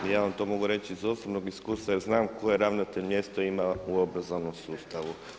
Ja vam to mogu reći iz osobnog iskustva jer znam koje ravnatelj mjesto ima u obrazovnom sustavu.